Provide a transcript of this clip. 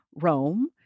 Rome